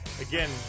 Again